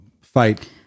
fight